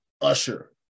usher